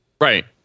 Right